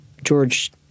George